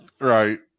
right